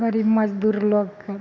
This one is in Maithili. गरीब मजदूर लोगके